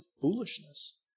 foolishness